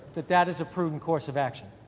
that that is the prudent course of action.